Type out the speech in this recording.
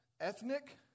ethnic